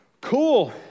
Cool